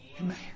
amen